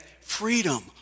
freedom